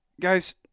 guys